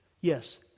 Yes